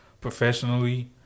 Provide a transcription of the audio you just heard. professionally